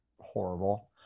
horrible